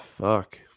Fuck